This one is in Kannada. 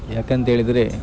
ಯಾಕಂತ ಹೇಳಿದರೆ